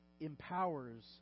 empowers